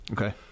Okay